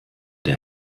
der